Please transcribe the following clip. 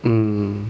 mm